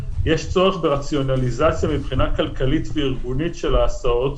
יש צורך ברציונליזציה מבחינה כלכלית וארגונית של ההסעות,